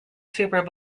super